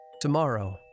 Tomorrow